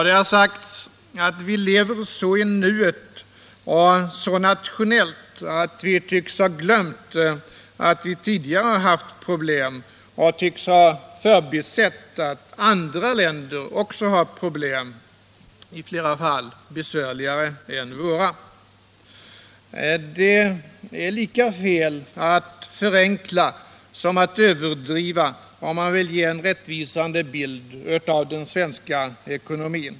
Det har sagts att vi lever så i nuet och så nationellt att vi tycks ha glömt att vi tidigare haft problem och förbisett att andra länder också har problem, i flera fall besvärligare än våra. Det är lika fel att förenkla som att överdriva, om man vill ge en rättvisande bild av den svenska ekonomin.